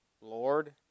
Lord